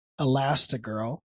Elastigirl